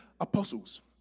apostles